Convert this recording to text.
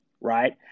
right